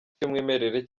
icyayi